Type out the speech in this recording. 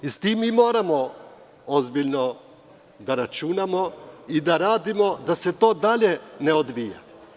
S tim mi moramo ozbiljno da računamo i da radimo da se to dalje ne odvija.